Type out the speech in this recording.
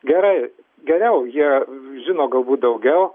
gerai geriau jie žino galbūt daugiau